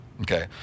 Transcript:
Okay